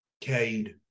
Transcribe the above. Cade